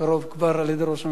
על-ידי ראש הממשלה.